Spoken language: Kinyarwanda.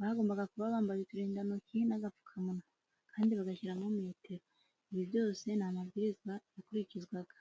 Bagombaga kuba bambaye uturindantoki n'agapfukamunwa kandi bagashyiramo metero, ibi byose ni amabwiriza yakurikizwaga.